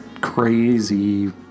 crazy